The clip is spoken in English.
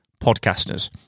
podcasters